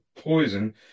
poison